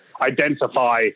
identify